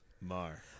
Mar